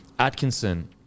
Atkinson